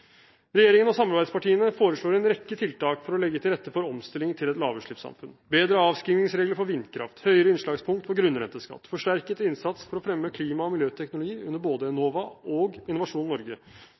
Regjeringen og samarbeidspartiene foreslår en rekke tiltak for å legge til rette for omstilling til et lavutslippssamfunn: bedre avskrivningsregler for vindkraft, høyere innslagspunkt for grunnrenteskatt, forsterket innsats for å fremme klima og miljøteknologi under både